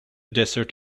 desert